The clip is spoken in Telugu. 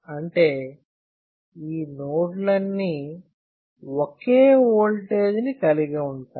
అంటే ఈ నోడ్లన్నీ ఒకే ఓల్టేజ్ ని కలిగి ఉంటాయి